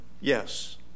Yes